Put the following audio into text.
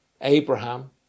Abraham